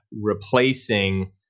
replacing